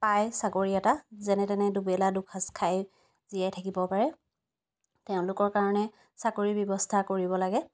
পায় চাকৰি এটা যেনে দুবেলা দুসাঁজ খাই জীয়াই থাকিব পাৰে তেওঁলোকৰ কাৰণে চাকৰি ব্যৱস্থা কৰিব লাগে